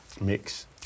mix